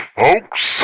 folks